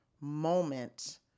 moment